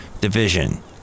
division